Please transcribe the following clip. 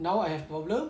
now I have problem